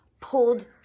pulled